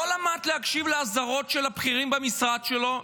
לא למד להקשיב לאזהרות של הבכירים במשרד שלו,